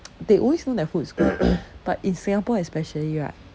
they always know their food is good but in singapore especially right